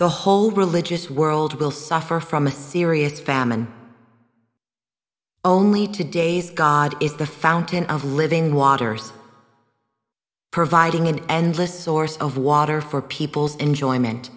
the whole religious world will suffer from a serious famine only to days god is the fountain of living waters providing an endless source of water for people's enjoyment